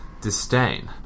disdain